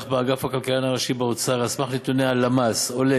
שנערכה באגף הכלכלן הראשי על סמך נתוני הלמ"ס עולה